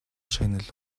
шагнал